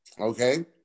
Okay